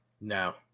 No